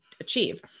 achieve